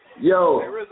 Yo